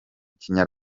kiri